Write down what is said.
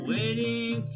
Waiting